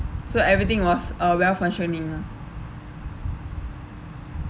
so everything was uh well functioning ah